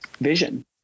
vision